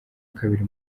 kabiri